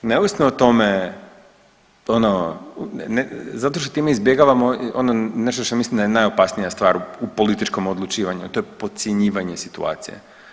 Neovisno o tome ono, zato što time izbjegavamo ono nešto što mislim da je najopasnija stvar u političkom odlučivanju, a to je podcjenjivanje situacije.